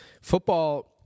Football